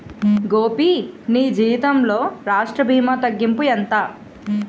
గోపీ నీ జీతంలో రాష్ట్ర భీమా తగ్గింపు ఎంత